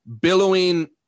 billowing